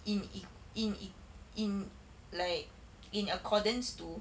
in in in in in like in accordance to